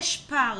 יש פער